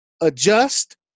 adjust